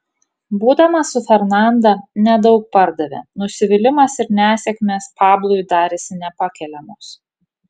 būdamas su fernanda nedaug pardavė nusivylimas ir nesėkmės pablui darėsi nepakeliamos